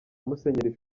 musenyeri